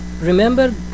Remember